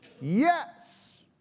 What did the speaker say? Yes